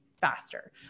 faster